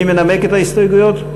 מי מנמק את ההסתייגות?